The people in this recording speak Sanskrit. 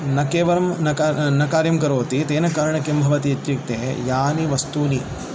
न केवलं न कार्यं करोति तेन कारणेन किं भवाति इत्युक्ते यानि वस्तूनि